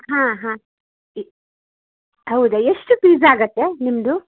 ಹಾಂ ಹಾಂ ಇ ಹೌದ ಎಷ್ಟು ಪೀಸ್ ಆಗತ್ತೆ ನಿಮ್ಮದು